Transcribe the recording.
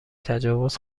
تجاوز